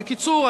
בקיצור,